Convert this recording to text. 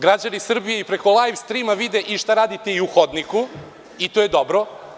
Građani Srbije i preko lajv strima vide i šta radite i u hodniku i to je dobro.